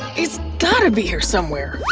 it's gotta be here somewhere!